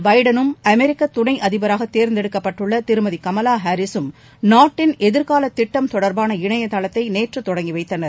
பைடனும் அமெரிக்க துணை அதிபராக தேர்ந்தெடுக்கப்பட்டுள்ள திருமதி கமலா ஹாரீஸ் ம் நாட்டின் எதிர்காலத் திட்டம் தொடர்பான இணையதளத்தை நேற்று தொடங்கி வைத்தனர்